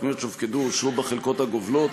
תוכניות שהופקדו או אושרו בחלקות הגובלות,